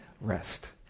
rest